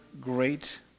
great